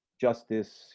justice